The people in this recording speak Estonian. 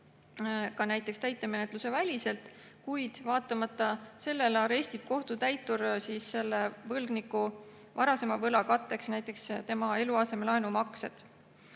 ka näiteks täitemenetluse väliselt, kuid vaatamata sellele arestib kohtutäitur selle võlgniku varasema võla katteks näiteks tema eluaseme laenumaksed.